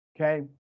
okay